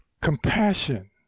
compassion